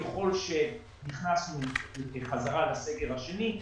ככל שנכנסנו בחזרה לסגר השני,